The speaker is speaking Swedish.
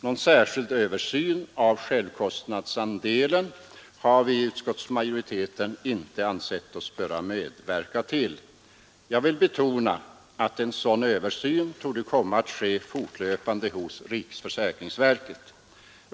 Någon särskild översyn av självkostnadsandelen har vi i utskottsmajoriteten inte ansett oss böra medverka till. Jag vill betona att en sådan översyn torde komma att ske fortlöpande hos riksförsäkringsverket.